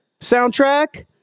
soundtrack